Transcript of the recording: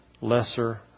lesser